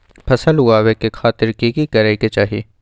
फसल उगाबै के खातिर की की करै के चाही?